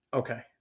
okay